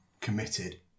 committed